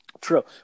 True